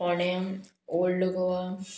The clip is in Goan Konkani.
फोण्या ओल्ड गोवा